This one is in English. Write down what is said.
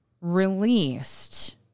released